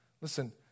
Listen